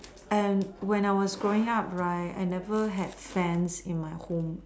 and when I was growing up right I never had fans in my home